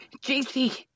JC